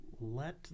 let